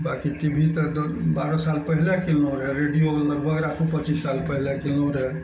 बाकी T V तऽ बारह साल पहिले कीनले रहौं रेडियो लगभग राखू पचीस साल पहिले कीनले रहूँ